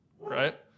right